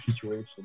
situation